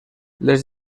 les